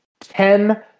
ten